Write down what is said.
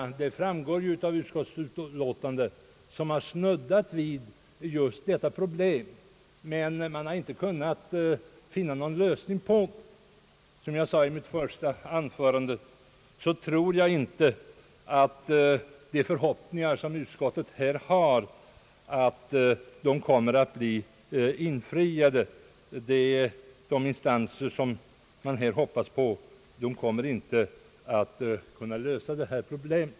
Såsom framgår av utskottsutlåtandet är det många instanser som snuddat vid detta problem, men man har inte kunnat finna någon lösning. Som jag sade i mitt första anförande tror jag inte att utskottets förhoppningar om att dessa instanser skall kunna lösa detta problem kommer att bli infriade.